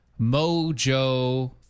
Mojo